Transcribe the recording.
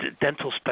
dental